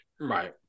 Right